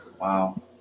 Wow